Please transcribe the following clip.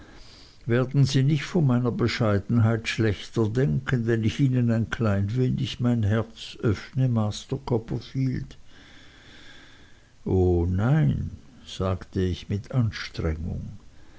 werden sie nicht von meiner bescheidenheit schlechter denken wenn ich ihnen ein klein wenig mein herz öffne master copperfield o nein sagte ich mit anstrengung